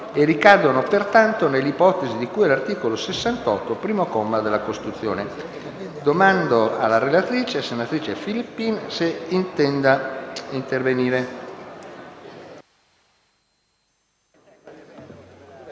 e ricadono pertanto nell'ipotesi di cui all'articolo 68, primo comma, della Costituzione. Chiedo alla relatrice, senatrice Filippin, se intende intervenire.